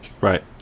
Right